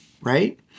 right